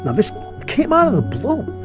this came out of the blue